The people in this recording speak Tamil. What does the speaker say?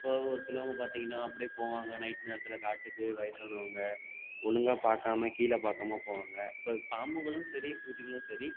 இப்போ ஒரு சிலவங்க பார்த்தீங்கன்னா அப்படியே போவாங்க நைட் நேரத்தில் காட்டுக்கு வயதானவங்க ஒழுங்கா பார்க்காம கீழே பார்க்காம போவாங்க இப்போ பாம்புங்களும் சரி பூச்சிகளும் சரி